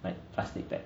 like plastic bag